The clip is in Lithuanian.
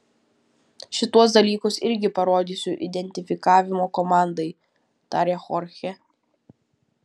šituos dalykus irgi parodysiu identifikavimo komandai tarė chorchė